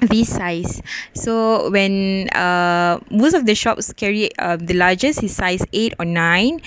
these size so when er most of the shops carry the largest in size eight or nine